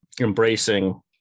embracing